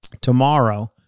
tomorrow